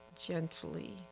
gently